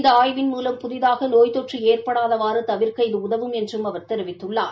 இந்த ஆய்வின் மூலம் புதிதாக நோய் தொற்று ஏற்படாதவாறு தவிர்க்க இது உதவும் என்றும் அவர் தெரிவித்துள்ளார்